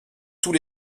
tous